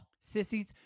Sissies